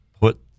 put